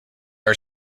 are